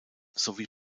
sowie